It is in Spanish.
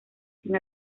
sin